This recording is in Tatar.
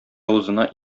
авызына